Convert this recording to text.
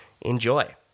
Enjoy